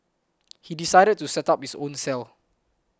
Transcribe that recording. he decided to set up his own cell